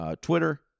Twitter